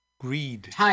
greed